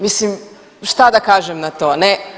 Mislim šta da kažem na to ne?